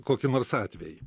kokį nors atvejį